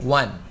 one